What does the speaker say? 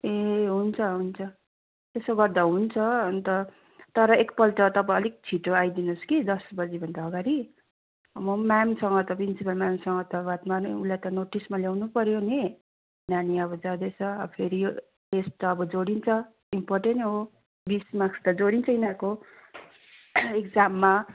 ए हुन्छ हुन्छ त्यसो गर्दा हुन्छ अन्त तर एकपल्ट तपाईँ अलिक छिटो आइदिनु होस् कि दस बजीभन्दा अगाडि म पनि म्यामसँग त प्रिन्सिपल म्यामसँग त बात मार्नु उसलाई त नोटिसमा ल्याउनुपर्यो नि नानी अब जाँदैछ अब फेरि यो टेस्ट त अब जोडिन्छ इम्पोटेनै हो बिस मार्क्स त जोडिन्छ यिनीहरूको एक्जाममा